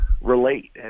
relate